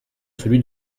celui